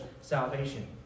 salvation